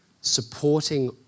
supporting